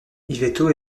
yvetot